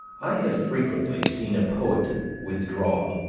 i have frequently seen a poet withdraw,